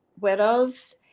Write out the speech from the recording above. widows